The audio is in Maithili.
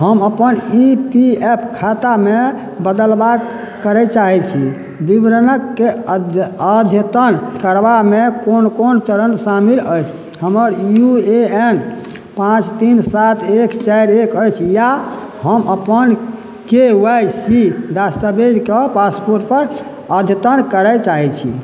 हम अपन ई पी एफ खातामे बदलाब करय चाहै छी विवरणके अद्यतन करबामे कोन कोन चरण शामिल अछि हमर यू ए एन पाँच तीन सात एक चारि एक अछि या हम अपन के वाइ सी दस्तावेजके पासपोर्ट पर अद्यतन करय चाहैत छी